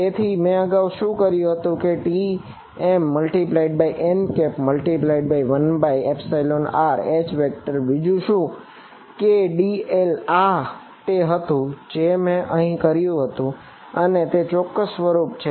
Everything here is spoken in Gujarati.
તેથી મેં આગાઉ શું કર્યું હતું કે Tm n×1rH બીજું શું કે dl આ તે હતું જે મેં આગાઉ કર્યું હતું અને તે ચોક્કસ સ્વરૂપ છે